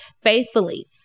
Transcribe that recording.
faithfully